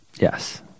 Yes